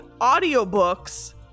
audiobooks